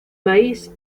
maíz